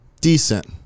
Decent